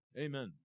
Amen